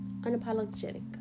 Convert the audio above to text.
unapologetic